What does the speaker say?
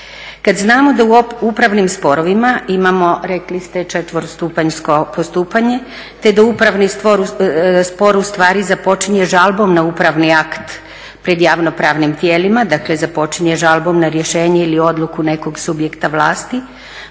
Kad znamo da u upravnim sporovima imamo četverostupanjsko postupanje, te da upravni spor u stvari započinje žalbom na upravni akt pred javnopravnim tijelima. Dakle, započinje žalbom na rješenje ili odluku nekog subjekta vlati.